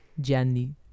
Gianni